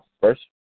first